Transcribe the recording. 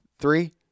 Three